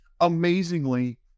Amazingly